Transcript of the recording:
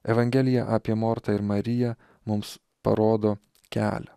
evangelija apie mortą ir mariją mums parodo kelią